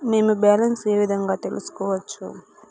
మేము బ్యాలెన్స్ ఏ విధంగా తెలుసుకోవచ్చు?